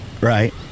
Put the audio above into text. Right